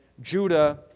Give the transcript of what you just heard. Judah